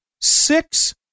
Six